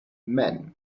men